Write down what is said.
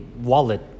wallet